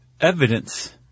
evidence